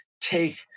take